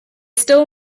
still